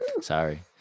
sorry